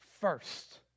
first